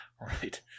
Right